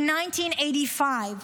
In 1985,